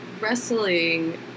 wrestling